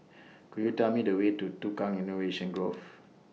Could YOU Tell Me The Way to Tukang Innovation Grove